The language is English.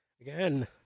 Again